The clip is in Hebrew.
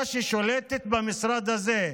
המפלגה ששולטת במשרד הזה,